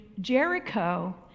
Jericho